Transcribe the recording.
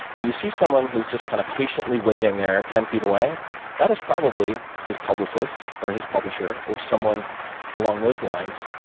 and you see someone who is just kind of patiently waiting there ten feet away that is probably his publicist or his publisher or someone along those lines.